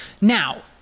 Now